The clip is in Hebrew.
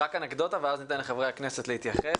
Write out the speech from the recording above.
רק אנקדוטה, ואז אני אתן לחברי הכנסת להתייחס.